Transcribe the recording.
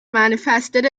manifested